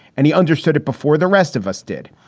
and he understood it before the rest of us did.